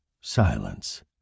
Silence